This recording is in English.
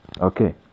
Okay